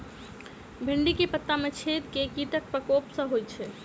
भिन्डी केँ पत्ता मे छेद केँ कीटक प्रकोप सऽ होइ छै?